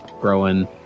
growing